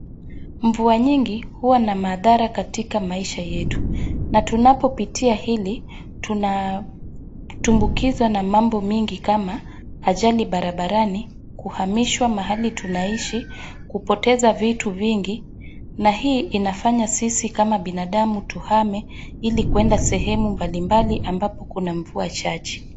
Mvua nyingi huwa na madhara katika maisha yetu, na tunapopitia hili tunatubukizwa na mambo mingi, kama ajali barabarani, kuhamishwa mahali tunaishi, kupoteza vitu vingi, na hii inafanya sisi kama binadamu tuhame ili kwenda sehemu mbali mbali ambapo kuna mvua chache.